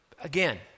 Again